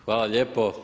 Hvala lijepo.